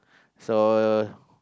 so